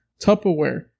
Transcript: Tupperware